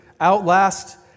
outlast